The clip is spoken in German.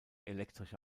elektrische